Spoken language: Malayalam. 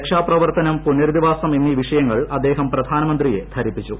രക്ഷാ പ്രവർത്തനം പുനരധിപ്പാസ്ട് എന്നീ വിഷയങ്ങൾ അദ്ദേഹം പ്രധാനമന്ത്രിയെ ധരിപ്പിച്ചു